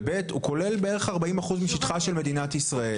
ו-ב', הוא כולל בערך 40% משטחה של מדינת ישראל.